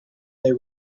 they